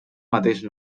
mateix